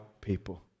people